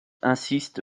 insiste